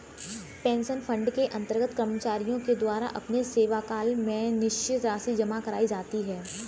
pension fund के अंतर्गत कर्मचारियों के द्वारा अपने सेवाकाल में निश्चित राशि जमा कराई जाती है